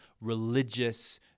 religious